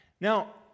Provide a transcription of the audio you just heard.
Now